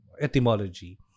etymology